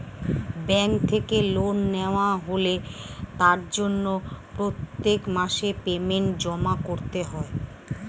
bank থেকে loan নেওয়া হলে তার জন্য প্রত্যেক মাসে পেমেন্ট জমা করতে হয়